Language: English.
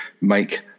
make